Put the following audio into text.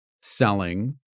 selling